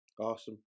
Awesome